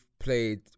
played